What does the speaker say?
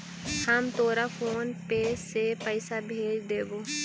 हम तोरा PhonePe से पईसा भेज देबो